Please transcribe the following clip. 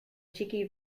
cheeky